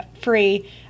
free